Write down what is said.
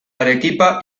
arequipa